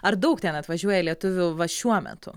ar daug ten atvažiuoja lietuvių va šiuo metu